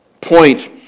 point